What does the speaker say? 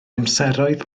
amseroedd